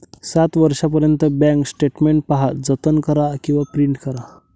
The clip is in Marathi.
सात वर्षांपर्यंत बँक स्टेटमेंट पहा, जतन करा किंवा प्रिंट करा